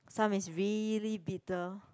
some is really bitter